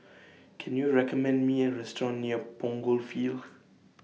Can YOU recommend Me A Restaurant near Punggol Field